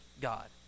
God